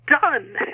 done